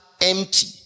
empty